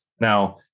Now